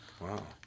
Wow